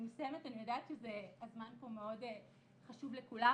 אני מסיימת אני יודעת שהזמן פה מאוד חשוב לכולם.